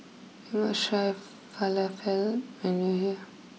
you must try Falafel when you are here